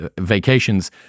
vacations